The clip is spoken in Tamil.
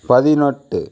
பதினெட்டு